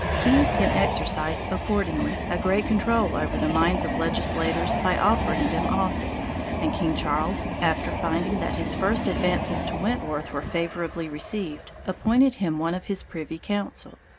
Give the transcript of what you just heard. kings can exercise, accordingly, a great control over the minds of legislators by offering them office and king charles, after finding that his first advances to wentworth were favorably received, appointed him one of his privy council.